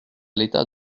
l’état